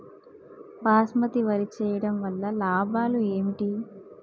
బాస్మతి వరి వేయటం వల్ల లాభాలు ఏమిటి?